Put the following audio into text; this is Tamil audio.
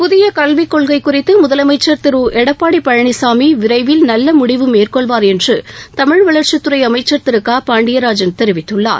புதிய கல்விக் கொள்கை குறித்து முதலமைச்சர் திரு எடப்பாடி பழனிசாமி விரைவில் நல்ல முடிவு மேற்கொள்வார் என்று தமிழ் வளர்ச்சி தொல்லியல் துறை அமைச்சர் திரு க பாண்டியராஜன் தெரிவித்துள்ளார்